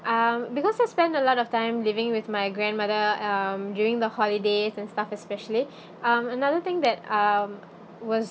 um because I spend a lot of time living with my grandmother um during the holidays and stuff especially um another thing that um was